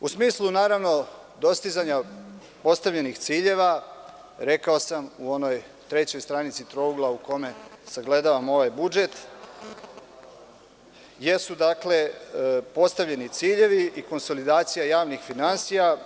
U smislu dostizanja postavljenih ciljeva, rekao sam u onoj trećoj stranici trougla u kome sagledavam ovaj budžet, jesu postavljeni ciljevi i konsolidacija javnih finansija.